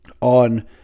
On